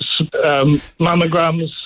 mammograms